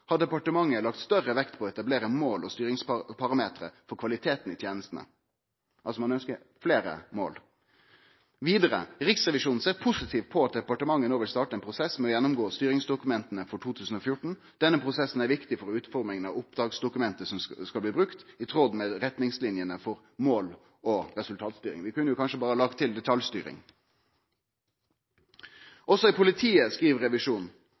har departementet lagt større vekt på å etablere mål og styringsparametere for kvaliteten i tjenestene.» – Ein ønskjer altså fleire mål. Vidare: «Riksrevisjonen ser positivt på at departementet nå vil starte en prosess med å gjennomgå styringsdokumentene for 2014. Denne prosessen er viktig for at utformingen av oppdragsdokumentet skal bli brukt i tråd med retningslinjene for mål- og resultatstyring.» – Vi kunne kanskje berre lagt til: detaljstyring. Også om politiet